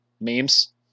Memes